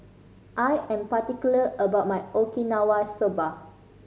I am particular about my Okinawa Soba